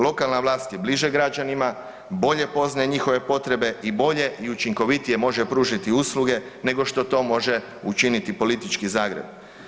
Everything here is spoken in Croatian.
Lokalna vlast je bliže građanima, bolje poznaje njihove potrebe i bolje i učinkovitije može pružiti usluge nego što to može učiniti politički Zagreb.